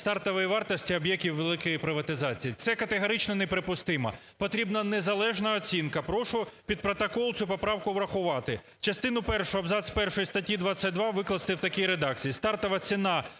стартової вартості об'єктів великої приватизації. Це категорично неприпустимо, потрібна незалежна оцінка. Прошу, під протокол, цю поправку врахувати: частину першу абзац перший статті 22 викласти в такій редакції: "Стартова ціна